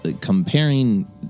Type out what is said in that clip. comparing